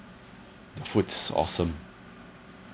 the foods awesome